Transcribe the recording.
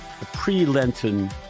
pre-Lenten